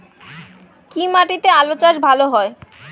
কি মাটিতে আলু চাষ ভালো হয়?